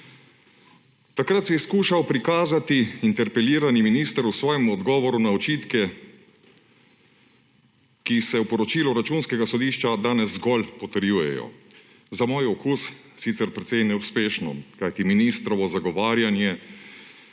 Takrat se je skušal prikazati interpelirani minister v svojem odgovoru na očitke, ki se v poročilu Računskega sodišča danes zgolj potrjujejo. Za moj okus sicer precej neuspešno, kajti ministrovo zagovarjanje